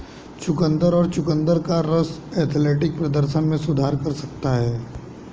चुकंदर और चुकंदर का रस एथलेटिक प्रदर्शन में सुधार कर सकता है